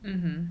hmm